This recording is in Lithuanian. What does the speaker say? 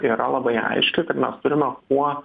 yra labai aiški kad mes turime kuo